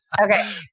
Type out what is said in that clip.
Okay